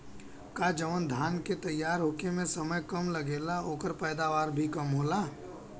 का जवन धान के तैयार होखे में समय कम लागेला ओकर पैदवार भी कम होला?